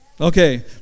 Okay